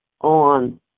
on